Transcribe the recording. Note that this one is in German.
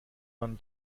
man